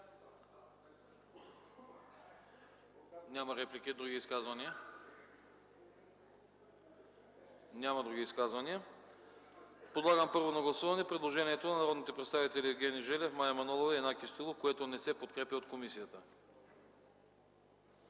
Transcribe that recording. Няма. Други изказвания? Няма. Подлагам първо на гласуване предложението на народните представители Евгений Желев, Мая Манолова и Янаки Стоилов, което не се подкрепя от комисията.